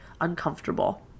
uncomfortable